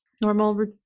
normal